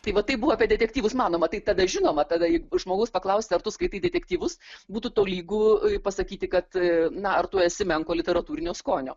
tai va tai buvo apie detektyvus manoma tai tada žinoma tada jeigu žmogus paklausti ar tu skaitai detektyvus būtų tolygu pasakyti kad na ar tu esi menko literatūrinio skonio